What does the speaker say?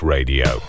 Radio